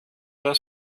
das